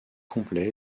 complet